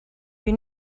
you